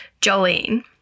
Jolene